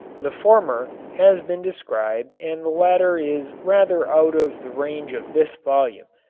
the former has been described and the latter is rather out of the range of this volume,